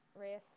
race